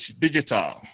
Digital